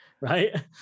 right